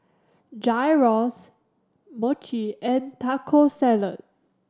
Gyros Mochi and Taco Salad